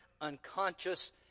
unconscious